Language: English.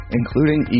including